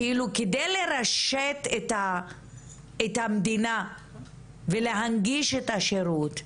שכדי לרשת את המדינה ולהנגיש את השירות,